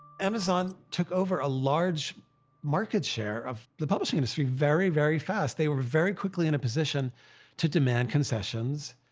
amazon took over a large market share of the publishing industry very, very fast. they were very quickly in a position to demand concessions.